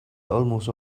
almost